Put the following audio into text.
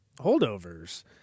holdovers